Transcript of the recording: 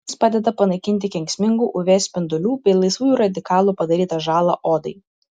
jis padeda panaikinti kenksmingų uv spindulių bei laisvųjų radikalų padarytą žalą odai